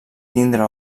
tindre